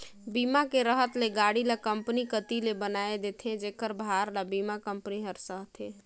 बीमा के रहत ले गाड़ी ल कंपनी कति ले बनाये देथे जेखर भार ल बीमा कंपनी हर सहथे